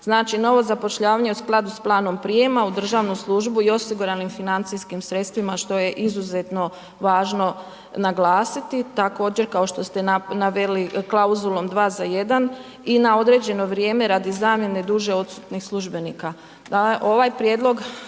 Znači novo zapošljavanje u skladu s planom prijama u državnu službu i osiguranim financijskim sredstvima što je izuzetno važno naglasiti također kao što ste naveli klauzulom 2 za 1 i na određeno vrijeme radi zamjene duže odsutnih službenika.